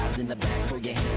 in the band.